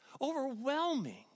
overwhelming